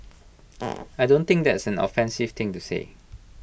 I don't think that's an offensive thing to say